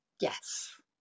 yes